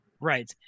Right